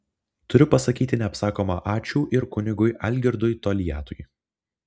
turiu pasakyti neapsakoma ačiū ir kunigui algirdui toliatui